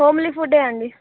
homely ఫుడ్డే అండి